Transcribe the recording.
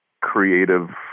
creative